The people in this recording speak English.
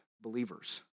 believers